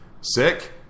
Sick